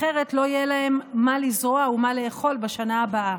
אחרת לא יהיה להם מה לזרוע ומה לאכול בשנה הבאה.